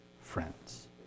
friends